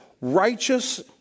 righteous